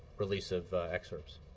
release of excerpts.